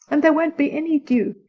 and there won't be any dew.